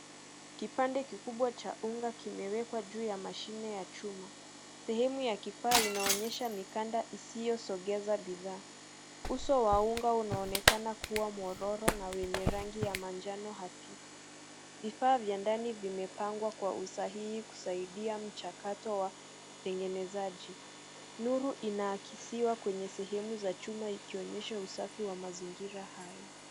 Kipande kikubwa cha unga kimewekwa juu ya mashine ya chuma. Sehemu ya kifaa inaonyesha mikanda isiyosongeza bidhaa. Uso wa unga unaonekana kuwa mwororo na wenye rangi ya manjano hafifu. Vifaa vya ndani vimepangwa kwa usahihi kusaidia mchakato wa utengenezaji. Nuru inaakisiwa kwenye sehemu za chuma ikionyesha usafi wa mazingira hayo.